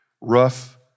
rough